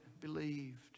believed